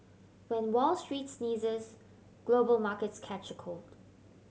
when Wall Street sneezes global markets catch a cold